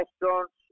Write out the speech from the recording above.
restaurants